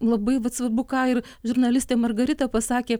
labai svarbu ką ir žurnalistė margarita pasakė